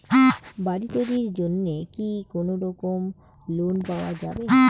বাড়ি তৈরির জন্যে কি কোনোরকম লোন পাওয়া যাবে?